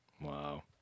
Wow